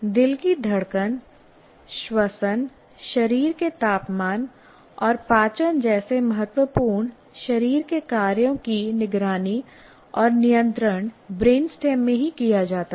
दिल की धड़कन श्वसन शरीर के तापमान और पाचन जैसे महत्वपूर्ण शरीर के कार्यों की निगरानी और नियंत्रण ब्रेनस्टेम में ही किया जाता है